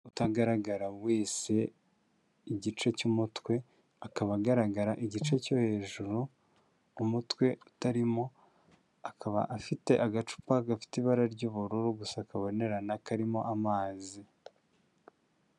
Utagaragara wese igice cy'umutwe, akaba agaragara igice cyo hejuru, umutwe utarimo, akaba afite agacupa gafite ibara ry'ubururu gusa kabonerana, karimo amazi.